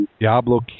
Diablo